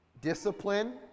discipline